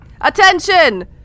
Attention